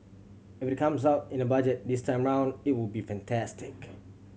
if it comes out in the Budget this time around it would be fantastic